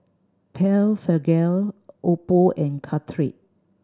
Blephagel Oppo and Caltrate